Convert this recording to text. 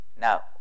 Now